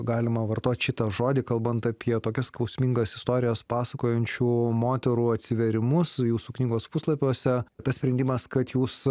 galima vartot šitą žodį kalbant apie tokias skausmingas istorijas pasakojančių moterų atsivėrimus jūsų knygos puslapiuose tas sprendimas kad jūs